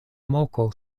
moko